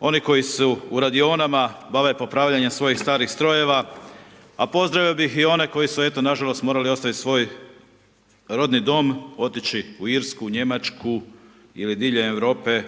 oni koji se u radionama bave popravljanjem svojih starih strojeva a pozdravio bih i one koji su eto nažalost morali ostaviti svoj rodni dom, otići u Irsku, u Njemačku ili diljem Europe